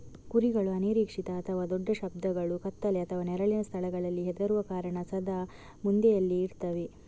ಕುರಿಗಳು ಅನಿರೀಕ್ಷಿತ ಅಥವಾ ದೊಡ್ಡ ಶಬ್ದಗಳು, ಕತ್ತಲೆ ಅಥವಾ ನೆರಳಿನ ಸ್ಥಳಗಳಿಗೆ ಹೆದರುವ ಕಾರಣ ಸದಾ ಮಂದೆಯಲ್ಲಿಯೇ ಇರ್ತವೆ